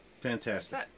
Fantastic